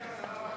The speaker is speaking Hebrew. גברתי השרה,